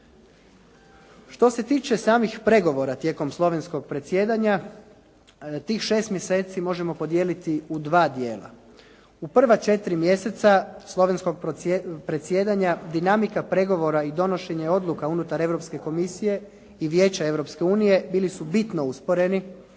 Što se tiče samih pregovora tijekom slovenskog predsjedanja tih 6 mjeseci možemo podijeliti u dva dijela. U prva 4 mjeseca slovenskog predsjedanja dinamika pregovora i donošenje odluka unutar Europske komisije i Vijeća Europske unije bili su bitno usporeni